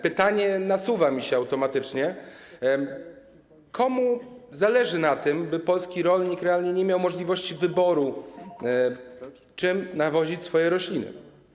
Pytanie nasuwa mi się automatycznie: Komu zależy na tym, by polski rolnik realnie nie miał możliwości wyboru, czym nawozić swoje rośliny?